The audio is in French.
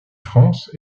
france